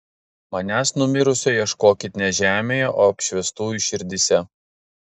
manęs numirusio ieškokit ne žemėje o apšviestųjų širdyse